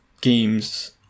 games